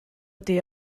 ydy